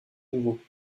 nouveau